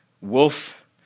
wolf